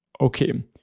okay